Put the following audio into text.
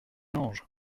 ange